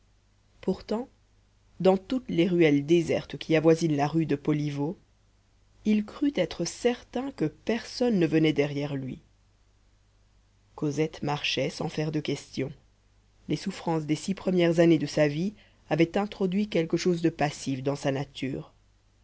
pourtant dans toutes les ruelles désertes qui avoisinent la rue de poliveau il crut être certain que personne ne venait derrière lui cosette marchait sans faire de questions les souffrances des six premières années de sa vie avaient introduit quelque chose de passif dans sa nature